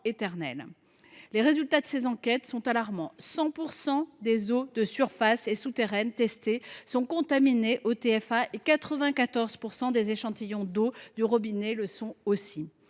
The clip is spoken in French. Les résultats de ces enquêtes sont alarmants : 100 % des eaux de surfaces et souterraines testées sont contaminées au TFA, de même que 94 % des échantillons d’eau du robinet. Le plus